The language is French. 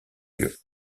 lieu